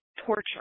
torture